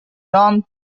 non